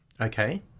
Okay